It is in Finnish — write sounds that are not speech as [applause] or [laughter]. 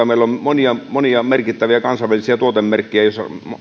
[unintelligible] meillä on monia monia merkittäviä kansainvälisiä tuotemerkkejä